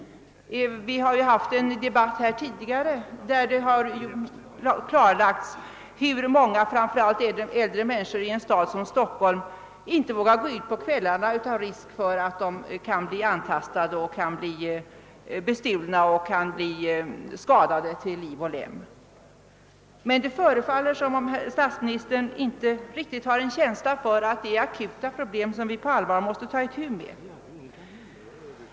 — Vi har ju haft en debatt här tidigare, där det har klarlagts att många, framför allt äldre människor, i en stad som Stockholm inte vågar gå ut på kvällarna av rädsla för att riskera att bli antastade, att bli bestulna och skadade till liv och lem. Det förefaller som om statsministern inte har någon riktig känsla för att detta är akuta problem som vi på allvar måste ta itu med.